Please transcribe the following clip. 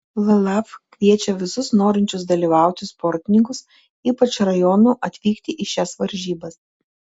llaf kviečia visus norinčius dalyvauti sportininkus ypač rajonų atvykti į šias varžybas